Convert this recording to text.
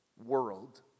World